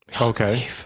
Okay